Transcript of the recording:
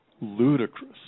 ludicrous